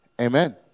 Amen